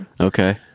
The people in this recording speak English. Okay